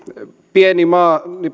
pieni maa